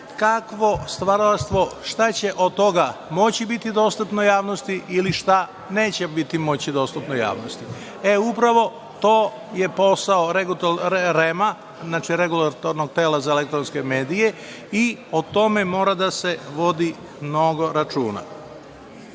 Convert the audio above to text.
kakvo stvaralaštvo, šta će od toga moći biti dostupno javnosti ili šta neće moći biti dostupno javnosti. Upravo to je posao Regulatornog tela za elektronske medije i o tome mora da se vodi mnogo računa. Starije